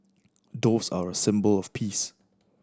doves are a symbol of peace